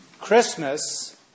Christmas